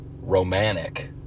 romantic